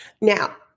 Now